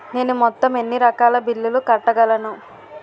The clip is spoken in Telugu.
నేను మొత్తం ఎన్ని రకాల బిల్లులు కట్టగలను?